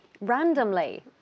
randomly